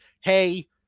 hey